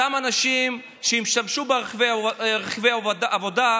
אותם אנשים שהשתמשו ברכבי עבודה,